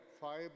five